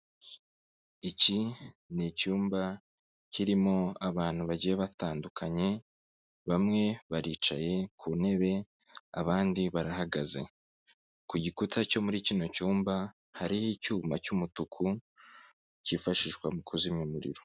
Iki n'icyumba kirimo abantu bagiye batandukanye bamwe baricaye ku ntebe abandi barahagaze ku gikuta cyo muri kino cyumba hariho icyuma cy'umutuku cyifashishwa mu kuzimya umuriro.